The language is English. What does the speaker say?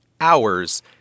hours